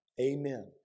Amen